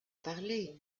parler